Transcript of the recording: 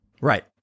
Right